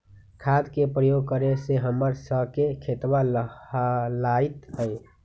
खाद के प्रयोग करे से हम्मर स के खेतवा लहलाईत हई